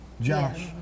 Josh